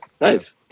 Nice